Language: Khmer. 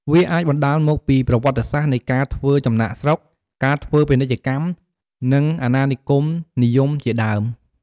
វាអាចបណ្តាលមកពីប្រវត្តិសាស្ត្រនៃការធ្វើចំណាកស្រុក ការធ្វើពាណិជ្ជកម្ម និងអាណានិគមនិយមជាដើម។